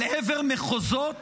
אל עבר מחוזות